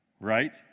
right